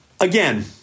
Again